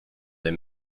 des